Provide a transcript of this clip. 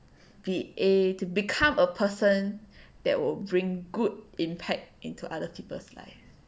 be a~ to become a person that will bring good impact into other people's life